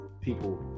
people